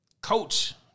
Coach